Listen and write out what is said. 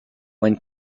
when